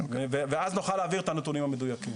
ואז נוכל להעביר את הנתונים המדויקים.